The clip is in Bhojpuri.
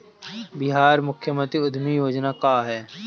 बिहार मुख्यमंत्री उद्यमी योजना का है?